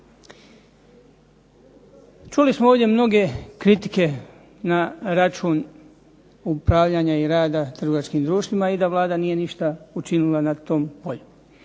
Čuli smo ovdje mnoge kritike na račun upravljanja i rada trgovačkim društvima i da Vlada nije ništa učinila na tom polju.